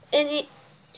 and it